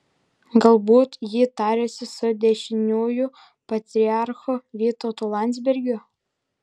galbūt ji tariasi su dešiniųjų patriarchu vytautu landsbergiu